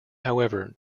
however